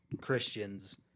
Christians